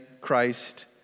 Christ